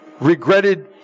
regretted